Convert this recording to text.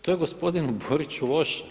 To je gospodinu Boriću loše.